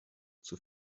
zur